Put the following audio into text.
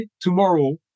tomorrow